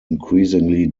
increasingly